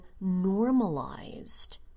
normalized